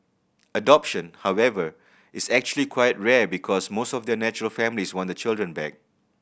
adoption however is actually quite rare because most of the natural families want the children back